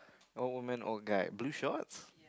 old woman old guy blue shorts